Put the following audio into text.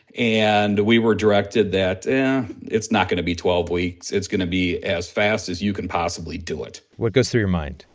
and we were directed that it's not going to be twelve it's going to be as fast as you can possibly do it what goes through your mind?